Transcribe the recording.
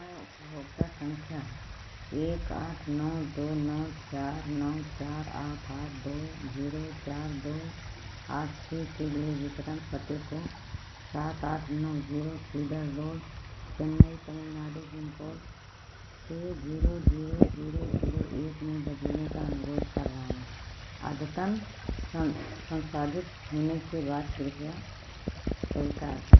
मैं उपभोक्ता संख्या एक आठ नौ दो नौ चार नौ चार आठ आठ दो जीरो चार दो आठ छः के लिए वितरण पते को सात आठ नौ zero cedar road Chennai Tamil Nadu pin code छः जीरो जीरो जीरो जीरो एक में बदलने का अनुरोध कर रहा हूँ अद्यतन सन संशोधित होने के बाद कृपया स्वीकार कर